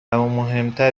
مهمتر